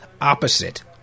opposite